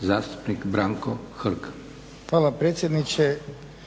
zastupnik Branko Hrg. **Hrg, Branko